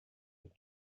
had